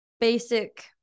basic